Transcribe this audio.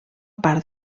part